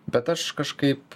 bet aš kažkaip